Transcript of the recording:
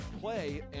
play